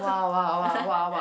!wah! !wah! !wah! !wah! !wah!